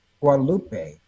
Guadalupe